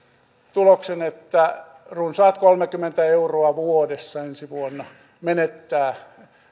tuloksen että runsaat kolmekymmentä euroa vuodessa ensi vuonna menettää